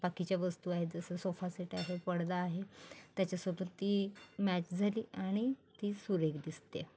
बाकीच्या वस्तू आहेत जसं सोफा सेट आहे पडदा आहे त्याच्यासोबत ती मॅच झाली आणि ती सुरेख दिसते